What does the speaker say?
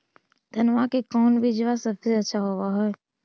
धनमा के कौन बिजबा सबसे अच्छा होव है?